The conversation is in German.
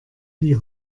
die